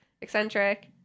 eccentric